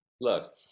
Look